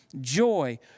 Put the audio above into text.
joy